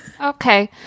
Okay